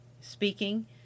speaking